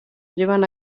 llevan